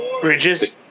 Bridges